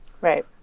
Right